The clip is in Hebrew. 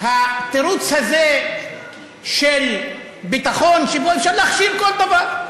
התירוץ הזה של ביטחון, שבו אפשר להכשיר כל דבר,